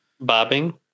bobbing